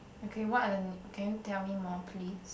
okay what are the can you tell me more please